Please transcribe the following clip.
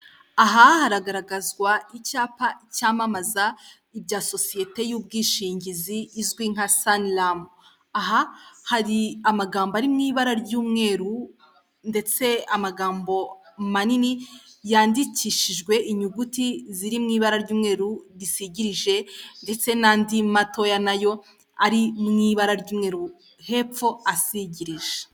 Aha haragaragazwa icyapa cyamamaza ibya sosiyete y'ubwishingizi izwi nka saniramu. Aha hari amagambo ari mu ibara ry'umweru ndetse amagambo manini yandikishijwe inyuguti ziri mu ibara ry'umweru risigije ndetse n'andi matoya nayo ari mu ibara ry'umweru hepfo asigirije.